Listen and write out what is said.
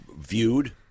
viewed